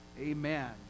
amen